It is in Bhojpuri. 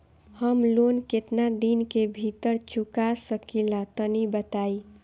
हम लोन केतना दिन के भीतर चुका सकिला तनि बताईं?